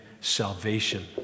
salvation